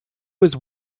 was